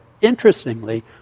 interestingly